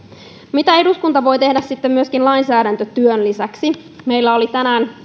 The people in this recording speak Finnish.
mitä eduskunta voi tehdä lainsäädäntötyön lisäksi meillä oli tänään